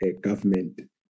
government